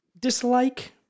dislike